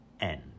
end